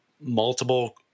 multiple